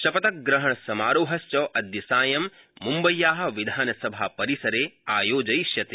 शपथग्रहणसमारोहश्च अद्य सायं मम्बय्या विधानसभापरिसरे आयोजयिष्यते